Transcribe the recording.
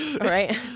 Right